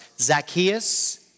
Zacchaeus